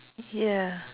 ya